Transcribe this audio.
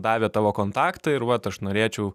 davė tavo kontaktą ir vat aš norėčiau